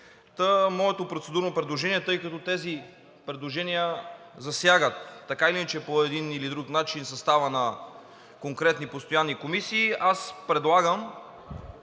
Моето процедурно предложение е, тъй като тези предложения засягат така или иначе, по един или друг начин, състава на конкретни постоянни комисии, аз предлагам,